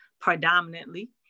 predominantly